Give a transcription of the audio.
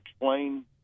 explain